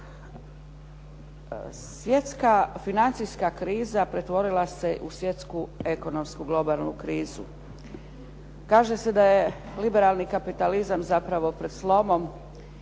Svjetska financijska kriza pretvorila se u svjetsku ekonomsku globalnu krizu. Kaže se da je liberalni kapitalizam zapravo pred slomom